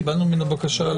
קיבלנו ממנו בקשה?